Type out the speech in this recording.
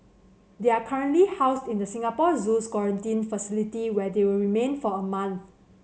they are currently housed in the Singapore Zoo's quarantine facility where they will remain for a month